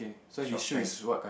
short pants